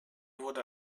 wurde